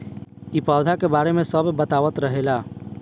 इ पौधा के बारे मे सब बतावत रहले